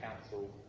council